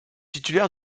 titulaire